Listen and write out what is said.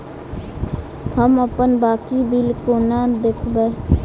हम अप्पन बाकी बिल कोना देखबै?